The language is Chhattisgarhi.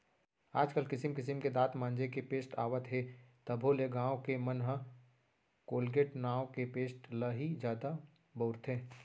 आज काल किसिम किसिम के दांत मांजे के पेस्ट आवत हे तभो ले गॉंव के मन ह कोलगेट नांव के पेस्ट ल ही जादा बउरथे